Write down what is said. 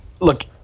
look